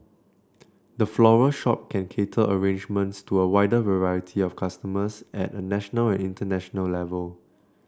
the floral shop can cater arrangements to a wider variety of customers at a national and international level